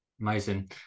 Amazing